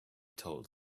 told